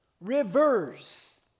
Reverse